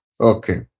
Okay